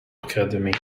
academy